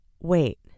Wait